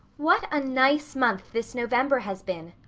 what a nice month this november has been!